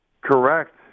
Correct